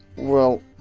well.